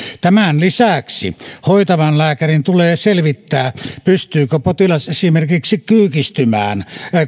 tämän lisäksi hoitavan lääkärin tulee selvittää pystyykö potilas esimerkiksi kyykistymään